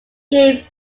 game